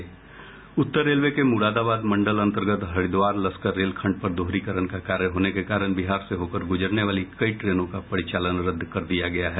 उत्तर railway के मुरादाबाद मंडल अन्तर्गत हरिद्वार लक्सर रेलखंड पर दोहरीकरण का कार्य होने के कारण बिहार से होकर गुजरने वाली कई ट्रेनों का परिचालन रद्द कर दिया गया है